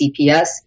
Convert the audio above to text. CPS